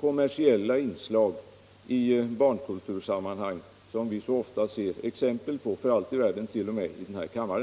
kommersiella inslag i barnkul tursammanhang som vi så ofta ser exempel på — för allt i världen t.o.m. i denna kammare.